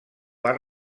bar